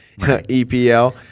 EPL